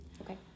Okay